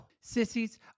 Sissies